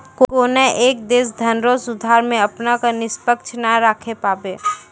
कोनय एक देश धनरो सुधार मे अपना क निष्पक्ष नाय राखै पाबै